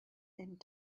and